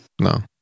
No